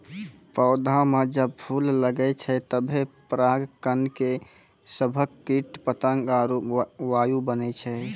पौधा म जब फूल लगै छै तबे पराग कण के सभक कीट पतंग आरु वायु बनै छै